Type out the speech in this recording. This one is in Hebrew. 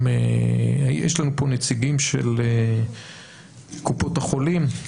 יש לנו נציגים של קופות החולים?